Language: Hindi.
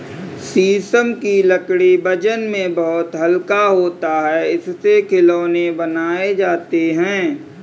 शीशम की लकड़ी वजन में बहुत हल्का होता है इससे खिलौने बनाये जाते है